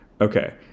Okay